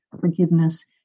forgiveness